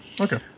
okay